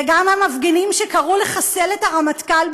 וגם המפגינים שקראו לחסל את הרמטכ"ל,